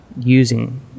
using